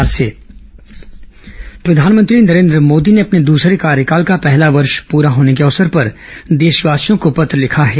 प्रधानमंत्री पत्र प्रधानमंत्री नरेन्द्र मोदी ने अपने दूसरे कार्यकाल का पहला वर्ष पूरा होने के अवसर पर देशवासियों को पत्र लिखा है